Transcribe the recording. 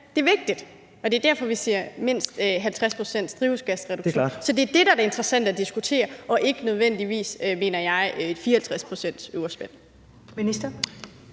er vigtigt, og det er derfor, vi siger mindst 50 pct.s drivhusgasreduktion. Så det er det, der er det interessante at diskutere, og ikke nødvendigvis, mener jeg, et 54 pct.s øvre spænd.